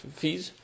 fees